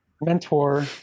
mentor